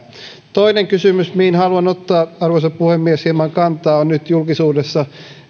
toinen kysymys mihin haluan arvoisa puhemies ottaa hieman kantaa on nyt julkisuudessa